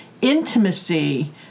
intimacy